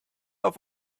auf